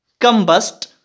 combust